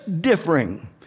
differing